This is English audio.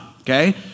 Okay